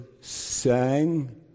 sang